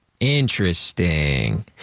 Interesting